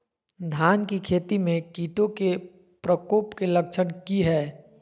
धान की खेती में कीटों के प्रकोप के लक्षण कि हैय?